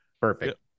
perfect